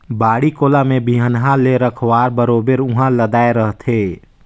बाड़ी कोला में बिहन्हा ले रखवार बरोबर उहां लदाय रहथे